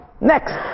next